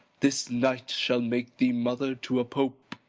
this night shall make thee mother to a pope.